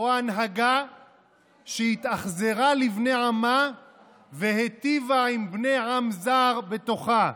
או הנהגה שהתאכזרה לבני עמה והיטיבה עם בני עם זר בתוכה,